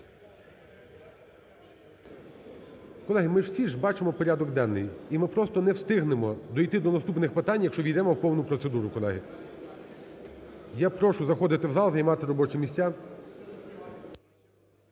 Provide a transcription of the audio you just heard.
Колеги, ми всі ж бачимо порядок денний, і ми просто не встигнемо дойти до наступних питань, якщо ввійдемо в повну процедуру, колеги. Я прошу заходити в зал, займати робочі місця.